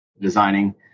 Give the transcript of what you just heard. designing